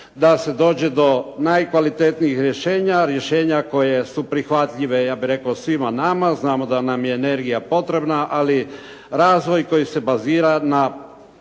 da se dođe do najkvalitetnijih rješenja, rješenja koja su prihvatljiva svima nama. Znamo da nam je energija potrebna, ali razvoj koji se bazira na